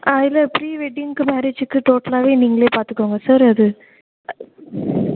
ஆ இல்லை ப்ரீவெட்டிங்க்கு மேரேஜுக்கு டோட்டலாகவே நீங்களே பார்த்துக்கோங்க சார் அது